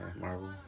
Marvel